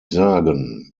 sagen